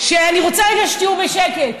אני רוצה שרגע תהיו בשקט.